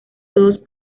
todos